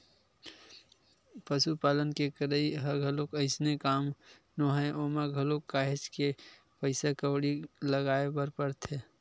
पसुपालन के करई ह घलोक अइसने काम नोहय ओमा घलोक काहेच के पइसा कउड़ी लगाय बर परथे